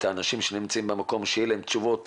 האנשים שנמצאים במקום כדי שיהיו להם תשובות